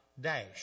dash